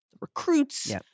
recruits